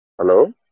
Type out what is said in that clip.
Hello